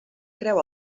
creu